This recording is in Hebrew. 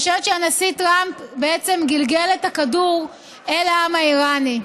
אני חושבת שהנשיא טראמפ בעצם גלגל את הכדור אל העם האיראני.